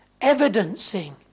evidencing